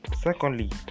secondly